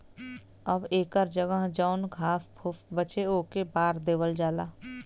अब एकर जगह जौन घास फुस बचे ओके बार देवल जाला